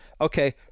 okay